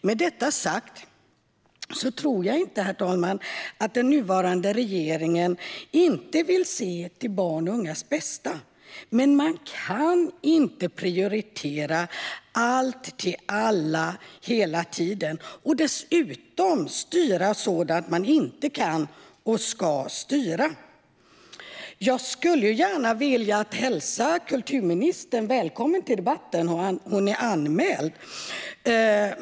Med detta sagt tror jag inte att den nuvarande regeringen inte vill se till barns och ungas bästa, men man kan inte prioritera allt till alla hela tiden och dessutom styra över sådant som man inte kan och ska styra över. Jag skulle gärna hälsa kulturministern välkommen till debatten. Hon är anmäld.